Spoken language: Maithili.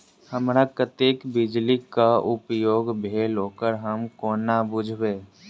हमरा कत्तेक बिजली कऽ उपयोग भेल ओकर हम कोना बुझबै?